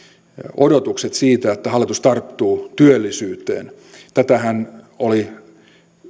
odotukset siitä että hallitus tarttuu työllisyyteen tätähän oli